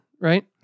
right